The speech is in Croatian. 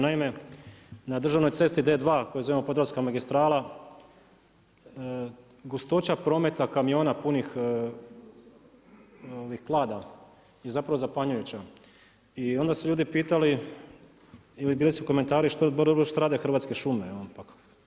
Naime, na državnoj cesti D2 koju zovemo Podravska magistrala gustoća prometa kamiona punih klada je zapravo zapanjujuća i onda su ljudi pitali ili bili su komentari što rade Hrvatske šume?